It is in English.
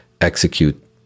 execute